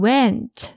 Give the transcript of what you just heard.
Went